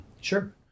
Sure